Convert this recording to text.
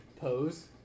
pose